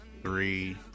three